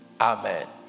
Amen